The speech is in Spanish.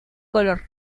color